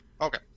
Okay